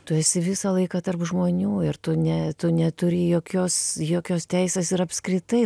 tu esi visą laiką tarp žmonių ir tu ne tu neturi jokios jokios teisės ir apskritai